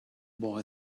boy